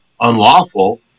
unlawful